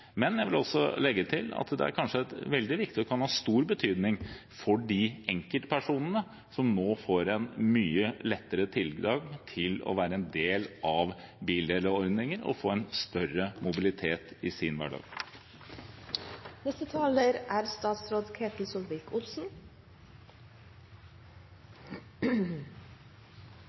men jeg vil også legge til at det kanskje er veldig viktig og kan ha stor betydning for de enkeltpersonene som nå får en mye lettere tilgang til å være del av bildelingsordninger, og får en større mobilitet i sin hverdag. Det er